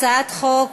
הצעת חוק